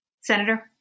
Senator